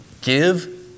Give